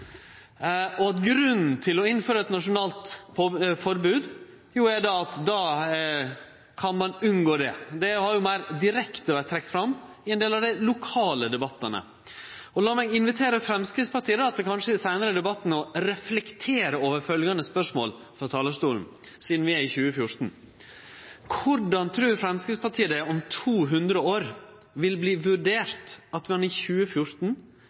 grad romfolk. Grunnen til at ein innfører eit nasjonalt forbod er at ein kan unngå dei. Det har meir direkte vorte trekt fram i ein del av dei lokale debattane. Lat meg invitere Framstegspartiet til seinare i debatten å reflektere over følgjande spørsmål frå talarstolen – sidan vi er i 2014: Korleis trur Framstegspartiet det om 200 år vil verte vurdert at ein i 2014